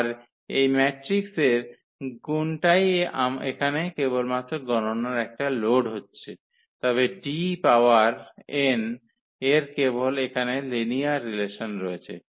আর এই ম্যাট্রিক্স এর গুনটাই এখানে কেবলমাত্র গণনার একটা লোড হচ্ছে তবে D পাওয়ার n এর কেবল এখানে লিনিয়ার রিলেশন রয়েছে